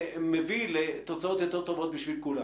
מביא לתוצאות יותר טובות בשביל כולם.